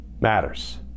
matters